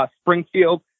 Springfield